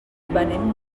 venim